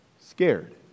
scared